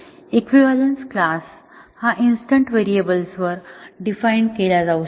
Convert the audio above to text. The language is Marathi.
इक्विव्हॅलंस क्लास हा इन्स्टन्स व्हेरिएबल्सवर डिफाइन्ड केला जातो